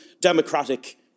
democratic